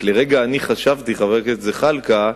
רק לרגע חשבתי, חבר הכנסת זחאלקה,